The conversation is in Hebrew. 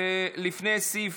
לפני סעיף